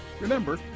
Remember